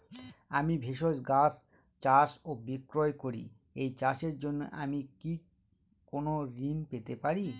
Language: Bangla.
আমি ভেষজ গাছ চাষ ও বিক্রয় করি এই চাষের জন্য আমি কি কোন ঋণ পেতে পারি?